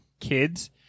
kids